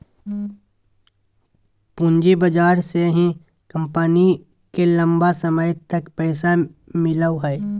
पूँजी बाजार से ही कम्पनी के लम्बा समय तक पैसा मिलो हइ